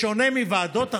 בשונה מוועדות אחרות,